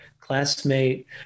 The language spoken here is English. classmate